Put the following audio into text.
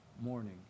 morning